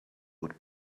would